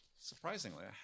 surprisingly